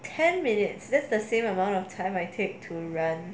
ten minutes that's the same amount of time I take to run